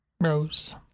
Rose